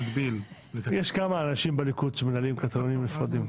יש כמה אנשים בליכוד שמנהלים תקנונים נפרדים.